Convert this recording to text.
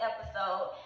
Episode